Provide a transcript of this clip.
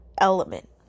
element